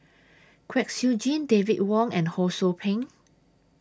Kwek Siew Jin David Wong and Ho SOU Ping